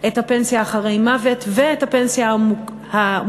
את הפנסיה אחרי מוות ואת הפנסיה המוקדמת,